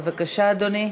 בבקשה, אדוני.